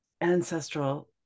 ancestral